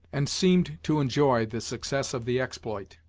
and seem'd to enjoy the success of the exploit,